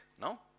no